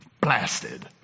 blasted